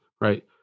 right